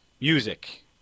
Music